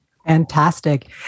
Fantastic